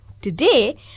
Today